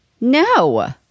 No